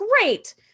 great